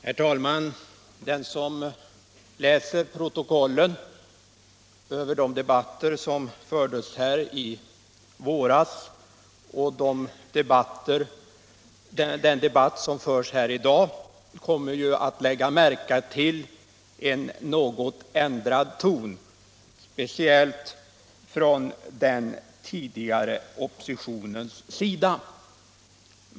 Herr talman! Den som läser protokollen över de debatter som fördes i våras och den debatt som förs i dag kommer att lägga märke till en något ändrad ton, speciellt från den tidigare oppositionens sida.